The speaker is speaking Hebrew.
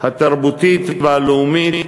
התרבותית והלאומית,